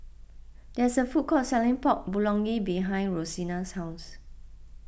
there is a food court selling Pork Bulgogi behind Rosina's house